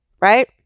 Right